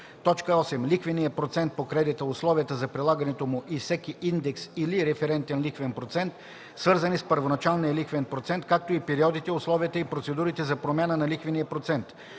8. лихвеният процент по кредита, условията за прилагането му и всеки индекс или референтен лихвен процент, свързани с първоначалния лихвен процент, както и периодите, условията и процедурите за промяна на лихвения процент;